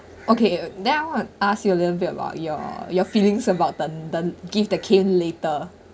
okay now ask you a little bit about your your feelings about the the gift that came later